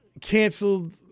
canceled